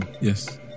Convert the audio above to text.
Yes